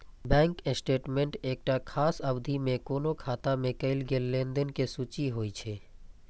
bank statement एकटा खास अवधि मे कोनो खाता मे कैल गेल लेनदेन के सूची होइ छै